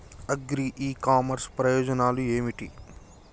Agri e commerce ప్రయోజనాలు ఏమిటి?